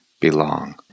belong